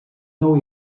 nou